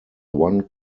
one